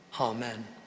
Amen